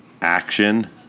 action